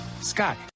Scott